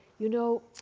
you know,